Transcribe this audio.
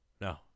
no